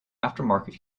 aftermarket